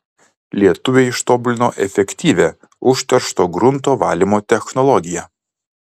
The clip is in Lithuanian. lietuviai ištobulino efektyvią užteršto grunto valymo technologiją